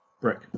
Brick